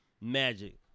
magic